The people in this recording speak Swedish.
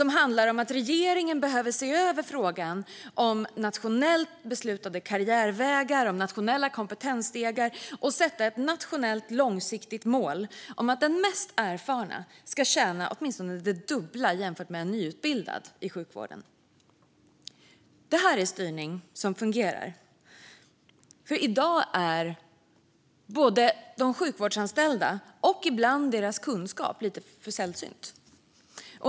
Den handlar om att regeringen behöver se över frågan om nationellt beslutade karriärvägar och nationella kompetensstegar och sätta ett nationellt långsiktigt mål om att den mest erfarna i sjukvården ska tjäna åtminstone det dubbla jämfört med en nyutbildad. Detta är styrning som fungerar. I dag är både de sjukvårdsanställda och ibland deras kunskap lite för sällsynt.